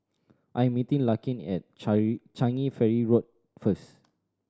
I'm meeting Larkin at Changi Ferry Road first